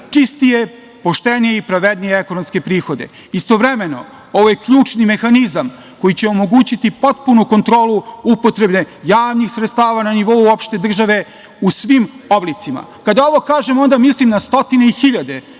čistije, poštenije i pravednije ekonomske prihode. Istovremeno, ovo je ključni mehanizam koji će omogućiti potpunu kontrolu upotrebe javnih sredstava na nivou opšte države u svim oblicima. Kada ovo kažem onda mislim na stotine hiljade,